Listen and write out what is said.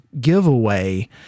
giveaway